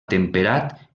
temperat